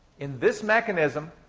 in this mechanism,